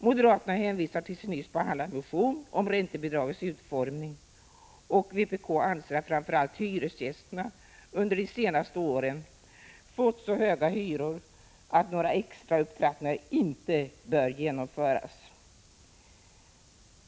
Moderaterna hänvisar till sin nyss behandlade motion om räntebidragets utformning, och vpk anser att framför allt hyresgästerna under de senaste åren fått så höga hyror att några extra upptrappningar inte bör genomföras.